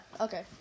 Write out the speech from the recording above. okay